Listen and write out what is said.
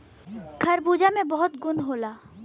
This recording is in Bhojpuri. खरबूजा में बहुत गुन होला